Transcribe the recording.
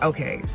Okay